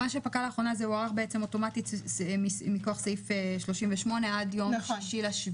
מה שפקע לאחרונה הוארך אוטומטית מכוח סעיף 38 עד ליום 6.7